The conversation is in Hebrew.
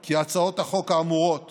כי הצעות החוק האמורות